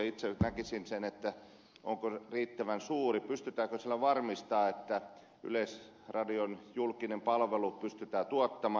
itse kysyisin onko se riittävän suuri pystytäänkö sillä varmistamaan että yleisradion julkinen palvelu pystytään tuottamaan